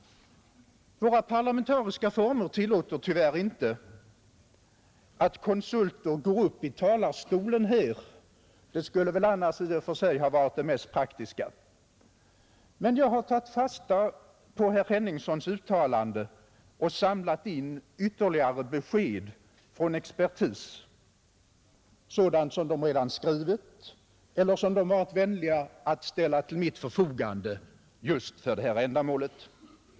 Våra parlamentariska former tillåter tyvärr inte att konsulter går upp i talarstolen här. Det skulle väl annars i och för sig varit det mest praktiska, Men jag har tagit fasta på herr Henningssons uttalande och samlat in ytterligare besked från expertis, sådant som de redan skrivit eller sådant som de varit vänliga att ställa till mitt förfogande just för detta ändamål.